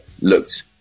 looked